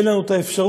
אין לנו את האפשרות.